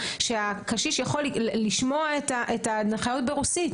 שהקשיש יכול לשמוע את ההנחיות ברוסית.